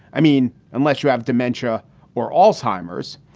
i mean, unless you have dementia or all simers,